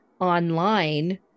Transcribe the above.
online